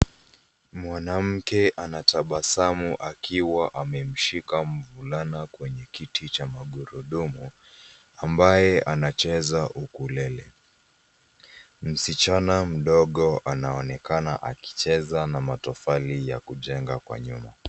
Mwanamke anatabasamu akiwa amemshika mvulana kwenye kiti cha magurudumu ambaye anacheza huku lele. Msichana mdogo anaonekana akicheza na matofali ya kujenga kwa nyuma.